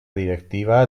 directiva